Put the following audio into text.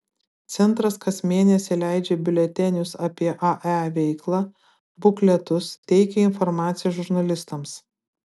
centras kas mėnesį leidžia biuletenius apie ae veiklą bukletus teikia informaciją žurnalistams